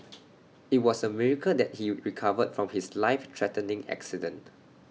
IT was A miracle that he recovered from his life threatening accident